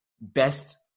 best